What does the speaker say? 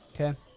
Okay